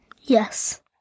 Yes